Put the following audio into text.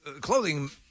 clothing